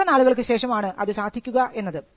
എത്ര നാളുകൾക്ക് ശേഷം ആണ് അത് സാധിക്കുക എന്നത്